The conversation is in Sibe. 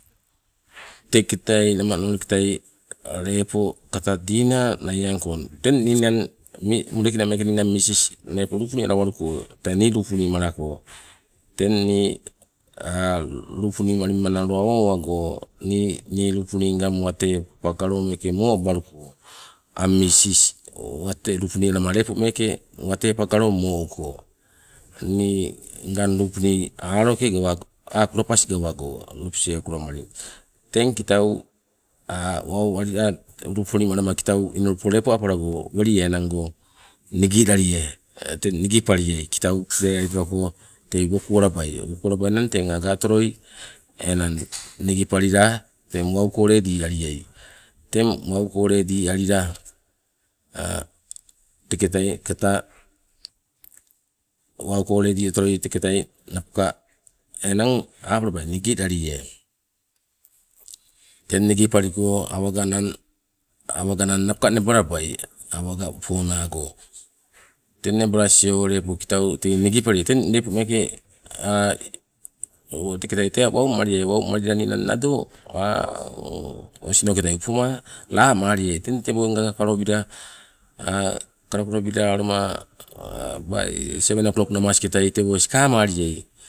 Teketai nama noliketai lepo kata dina naiangko, teng ninang ni meeke mudekina ninang misis lepo lupuni alawaluko tee ni lupuni malako. Teng ni lupuni malima nalo awa owago nii ngang lupuni pagalo wate mo abaluko ang misis lupuni alama wate lepo pagalo mo uko, ni ngang lupuni aloke ah kulapas gawago lobisei kulamali teng kitau lepo apalago welie enango nigi lalie teng nigi paliai. Kitau pilai alilitoloko tei woku alabai, woku alabainang te aga otoloi enang nigipalila teng wauko ledi aliai, teng wauko ledi alila teketai kata wauko ledi alila otoloio teketai napoka enang apalabai nigilalie. Teng nigipaliko awaganang, awaganang napoka nebalabai awaga uponago teng nabalasio lepo kitau tei nigipalia teng lepo meeke teketai tee wau maliai. Wau malila ninang teketai tee nado osinoketai upoma lamaliai, teng tewongaka kalobila kalokalobila aloma by seven o klok namas ketai tewoi sikamaliai.